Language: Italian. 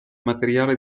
materiale